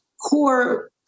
core